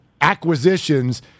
acquisitions